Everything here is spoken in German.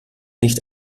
nicht